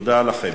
תודה לכם.